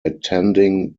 attending